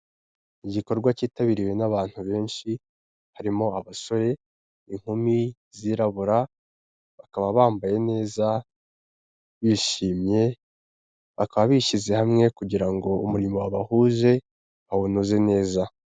Igikorwa cyitabiriwe n'abantu benshi harimo abasore, inkumi zirabura, bakaba bambaye neza bishimye, bakaba bishyize hamwe kugira ngo umurimo wabahuje bawunoze neza.